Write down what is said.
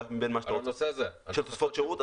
על תוספות שירות?